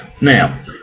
Now